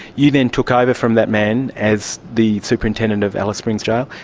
you then took ah over from that man as the superintendent of alice springs jail.